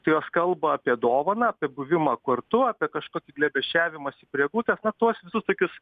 tai jos kalba apie dovaną apie buvimą kartu apie kažkokį glėbesčiavimąsi prie eglutės na tuos visus tokius